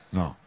no